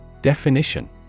Definition